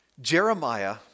Jeremiah